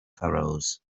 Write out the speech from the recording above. pharaohs